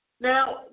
Now